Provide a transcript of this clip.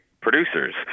producers